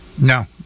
No